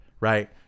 right